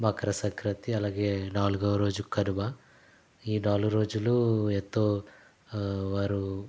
మకర సంక్రాంతి అలాగే నాల్గవ రోజు కనుమ ఈ నాలుగు రోజులు ఎంతో వారు